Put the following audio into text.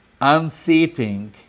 unseating